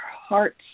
hearts